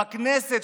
בכנסת,